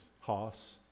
Hoss